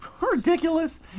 ridiculous